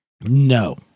No